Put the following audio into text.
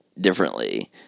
differently